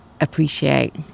appreciate